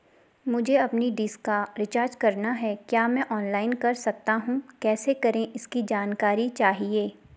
मुझे अपनी डिश का रिचार्ज करना है क्या मैं ऑनलाइन कर सकता हूँ कैसे करें इसकी जानकारी चाहिए?